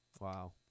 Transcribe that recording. wow